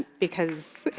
because.